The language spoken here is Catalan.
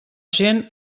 gent